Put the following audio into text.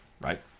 right